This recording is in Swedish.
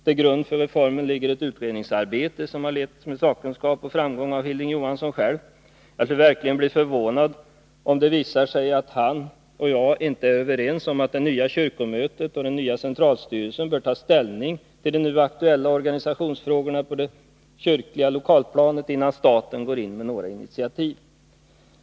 Till grund för reformen ligger ett utredningsarbete, som har letts med sakkunskap och framgång av Hilding Johansson själv. Jag skulle verkligen bli förvånad om det visar sig att han och jag inte är överens om att det nya kyrkomötet och den nya centralstyrelsen bör ta ställning till de nu aktuella organisationsfrågorna på det kyrkliga lokalplanet innan staten går in med något initiativ.